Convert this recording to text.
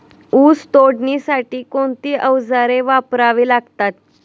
ऊस तोडणीसाठी कोणती अवजारे वापरावी लागतात?